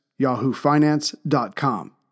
yahoofinance.com